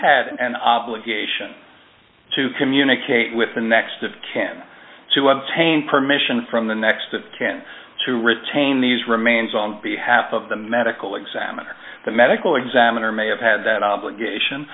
had an obligation to communicate with the next of can to obtain permission from the next of kin to retain these remains on behalf of the medical examiner the medical examiner may have had that obligation